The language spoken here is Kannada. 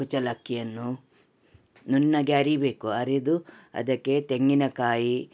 ಕುಚಲಕ್ಕಿಯನ್ನು ನುಣ್ಣಗೆ ಅರಿಬೇಕು ಅರೆದು ಅದಕ್ಕೆ ತೆಂಗಿನಕಾಯಿ